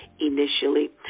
initially